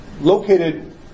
Located